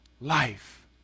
life